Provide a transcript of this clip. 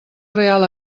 real